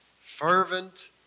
fervent